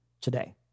today